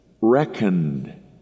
reckoned